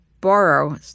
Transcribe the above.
borrow